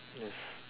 yes